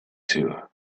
two